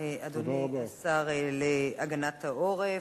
אדוני השר להגנת העורף,